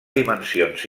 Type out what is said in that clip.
dimensions